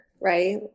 Right